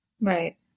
Right